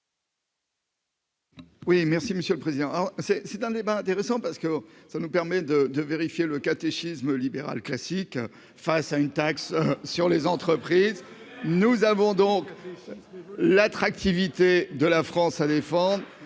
Oui, merci Monsieur le Président, c'est c'est un débat intéressant parce que ça nous permet de de vérifier le catéchisme libéral classique face à une taxe sur les entreprises, nous avons donc l'attractivité de la France à défendre